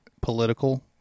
political